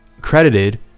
credited